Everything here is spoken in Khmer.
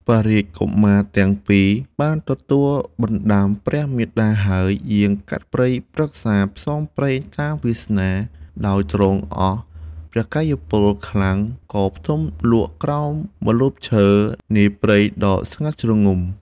ព្រះរាជកុមារទាំង ២ បានទទួលបណ្តាំព្រះមាតា ហើយយាងកាត់ព្រៃ ព្រឹក្សាផ្សងព្រេងតាមវាសនា ដោយទ្រង់អស់ព្រះកាយពលខ្លាំង ក៏ទ្រង់ផ្ទំលក់ក្រោមម្លប់ឈើ នាព្រៃដ៏ស្ងាត់ ជ្រង់ ។